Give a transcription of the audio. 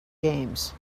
games